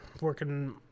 working